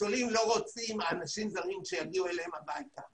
הניצולים לא רוצים שאנשים זרים יגיעו אליהם הביתה.